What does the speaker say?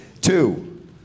Two